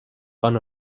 fun